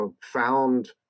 found